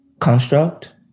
construct